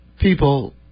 people